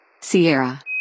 Sierra